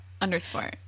underscore